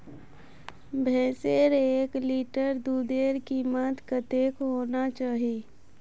भैंसेर एक लीटर दूधेर कीमत कतेक होना चही?